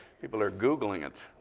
people are googling it.